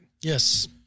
Yes